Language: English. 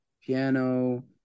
piano